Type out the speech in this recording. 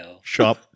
Shop